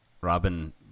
Robin